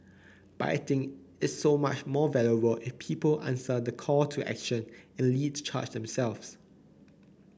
but I think it's so much more valuable if people answer the call to action and lead the charge themselves